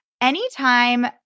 anytime